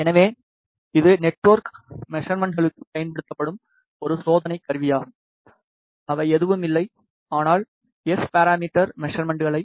எனவே இது நெட்வொர்க் மெஷர்மென்ட்களுக்குப் பயன்படுத்தப்படும் ஒரு சோதனைக் கருவியாகும் அவை எதுவும் இல்லை ஆனால் எஸ் பராமீட்டர் மெஷர்மென்ட்கள